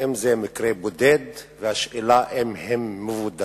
היא אם זה מקרה בודד, והשאלה אם הם מבודדים